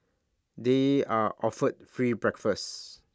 they are offered free breakfast